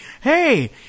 Hey